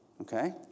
Okay